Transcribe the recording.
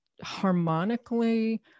harmonically